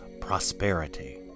Prosperity